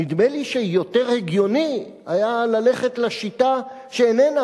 נדמה לי שיותר הגיוני היה ללכת לשיטה שאיננה